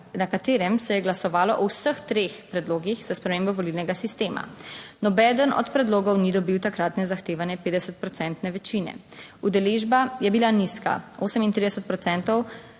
na katerem se je glasovalo o vseh treh predlogih za spremembo volilnega sistema. Nobeden od predlogov ni dobil takratne zahtevane 50 procentne večine. Udeležba je bila nizka, 38